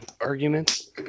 arguments